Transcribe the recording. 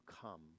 come